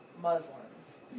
Muslims